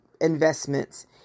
investments